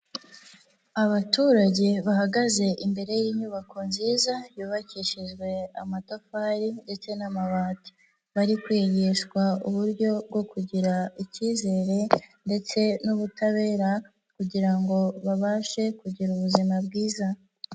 Abaturage bahagaze imbere y'inyubako nziza yubakishijwe amatafari ndetse n'amabati, bari kwigishwa uburyo bwo kugira ikizere ndetse n'ubutabera kugira ngo babashe kugira ubuzima bwiza.